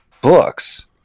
books